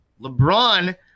lebron